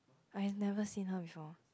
I have never seen her before